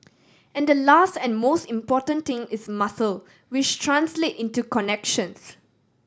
and the last and most important thing is muscle which translate into connections